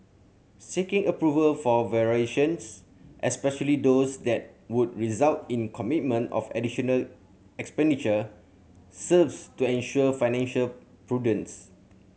seeking approval for variations especially those that would result in commitment of additional expenditure serves to ensure financial prudence